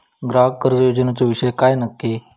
ग्राहक कर्ज योजनेचो विषय काय नक्की?